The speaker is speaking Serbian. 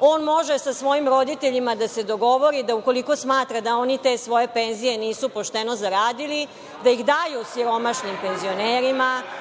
On može sa svojim roditeljima da se dogovori, da ukoliko smatra da oni te svoje penzije nisu pošteno zaradili, da ih daju siromašnim penzionerima,